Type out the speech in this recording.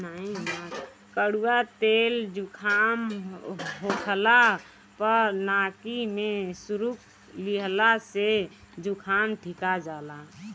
कड़ुआ तेल जुकाम होखला पअ नाकी में सुरुक लिहला से जुकाम ठिका जाला